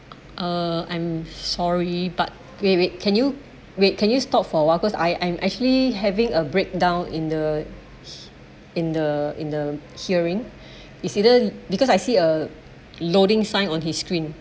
uh I'm sorry but wait wait can you wait can you stop for a while first I I'm actually having a breakdown in the in the in the hearing incident because I see a loading sign on his screen